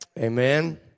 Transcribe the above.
Amen